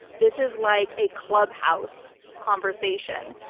this is like a clubhouse conversation.